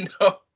No